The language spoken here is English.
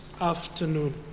afternoon